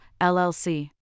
LLC